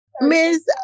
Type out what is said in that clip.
Miss